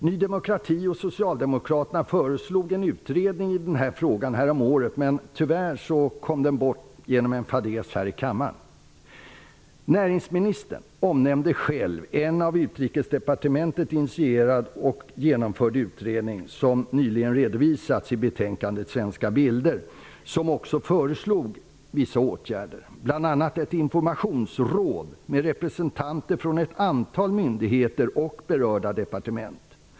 Ny demokrati och Socialdemokraterna föreslog en utredning i denna fråga häromåret, men tyvärr kom den genom en fadäs här i kammaren inte till stånd. Näringsministern omnämnde själv en av Utrikesdepartementet initierad och genomförd utredning, som nyligen redovisats i betänkandet ''Svenska Bilder''. I den föreslogs vissa åtgärder, bl.a. ett informationsråd med representanter för ett antal myndigheter och berörda departement.